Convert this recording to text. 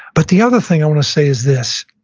but the other thing i want to say is this.